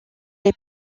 est